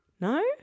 No